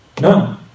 No